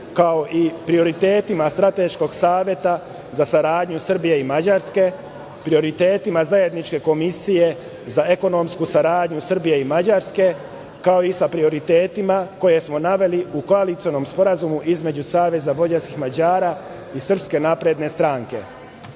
kao i prioritetima Strateškog saveta za saradnju Srbije i Mađarske, prioritetima Zajedničke komisije za ekonomsku saradnju Srbije i Mađarske, kao i sa prioritetima koje smo naveli u koalicionom sporazumu između Saveza vojvođanskih Mađara i SNS.Poslanička